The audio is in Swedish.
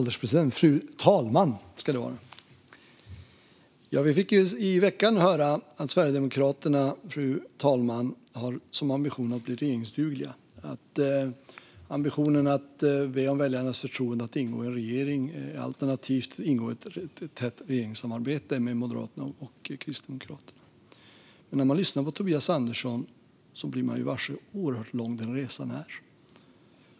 Fru talman! Vi fick i veckan höra att Sverigedemokraterna har som ambition att bli regeringsdugliga och att be om väljarnas förtroende att ingå i en regering alternativt i ett tätt regeringssamarbete med Moderaterna och Kristdemokraterna. När man lyssnar på Tobias Andersson blir man varse hur oerhört lång den resan är.